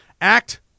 Act